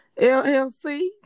LLC